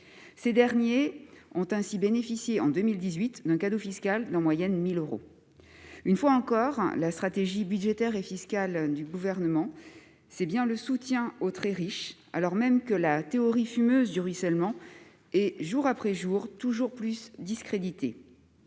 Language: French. Ces derniers ont ainsi bénéficié en 2018 d'un cadeau fiscal de 1 000 euros en moyenne. Une fois encore, la stratégie budgétaire et fiscale du Gouvernement est bien celle d'un soutien aux très riches, alors même que la théorie fumeuse du ruissellement est jour après jour toujours plus discréditée.